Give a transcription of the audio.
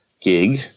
gig